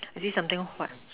I see something white